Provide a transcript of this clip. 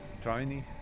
tiny